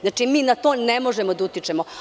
Znači, mi na to ne možemo da utičemo.